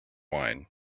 wine